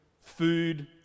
food